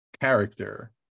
character